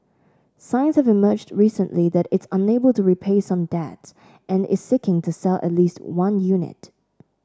signs have emerged recently that it's unable to repay some debts and is seeking to sell at least one unit